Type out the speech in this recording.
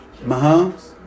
Mahomes